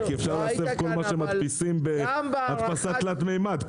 אפשר להסב כל מה שמדפיסים בהדפסת תלת ממד.